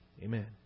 Amen